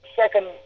second